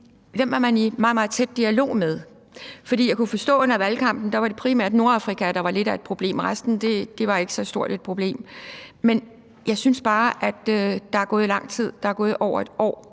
med? For jeg kunne forstå under valgkampen, at det primært var Nordafrika, der var lidt af et problem; resten var ikke så stort et problem. Jeg synes bare, at der er gået lang tid. Der er gået over 1 år,